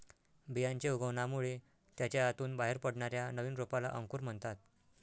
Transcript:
बियांच्या उगवणामुळे त्याच्या आतून बाहेर पडणाऱ्या नवीन रोपाला अंकुर म्हणतात